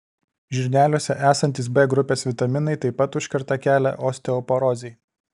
žirneliuose esantys b grupės vitaminai taip pat užkerta kelią osteoporozei